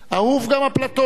"אהוב סוקרטס, אהוב גם אפלטון,